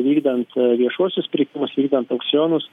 vykdant viešuosius pirkimus vykdant aukcionus